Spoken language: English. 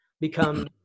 become